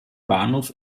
bahnhof